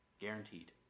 Guaranteed